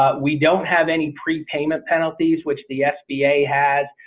we don't have any prepayment penalties which the sba has.